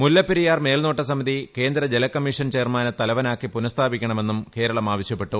മുല്ലപ്പെരിയാർ മേൽനോട്ട സമിതി കേന്ദ്ര ജലകമ്മീഷൻ ചെയർമാനെ തലവനാക്കി പുനഃസ്ഥാപിക്കണമെന്നും കേരളം ആവശ്യപ്പെട്ടു